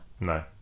no